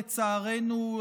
לצערנו,